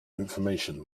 information